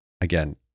Again